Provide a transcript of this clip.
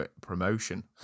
promotion